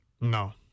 No